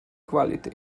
quality